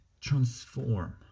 transform